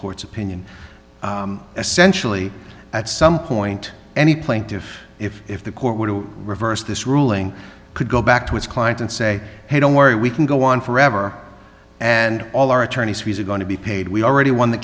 court's opinion essentially at some point any plaintiffs if if the court were to reverse this ruling could go back to its clients and say hey don't worry we can go on forever and all our attorneys fees are going to be paid we already won the